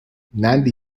nandi